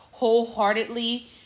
wholeheartedly